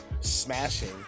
smashing